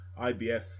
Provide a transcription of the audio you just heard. IBF